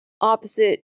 opposite